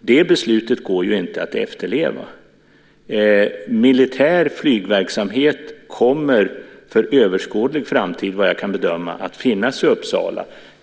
Det beslutet går inte att efterleva. Militär flygverksamhet kommer inom överskådlig framtid, vad jag kan bedöma, att finnas i Uppsala.